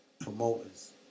Promoters